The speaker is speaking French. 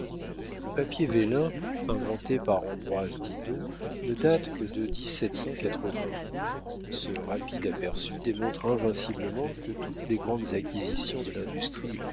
le papier vélin inventé par ambroise didot ne date que de ce rapide aperçu démontre invinciblement que toutes les grandes acquisitions de l'industrie